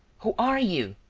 who are you?